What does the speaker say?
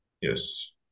Yes